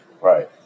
Right